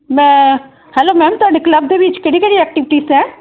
ਮੈਂ hello ma'am ਤੁਹਾਡੇ club ਦੇ ਵਿੱਚ ਕਿਹੜੀ ਕਿਹੜੀ ਐਕਟੀਵਿਟੀਜ਼ ਹੈ